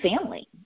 family